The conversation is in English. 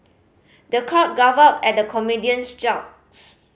the crowd guffawed at the comedian's jokes